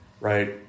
right